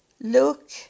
look